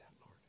Lord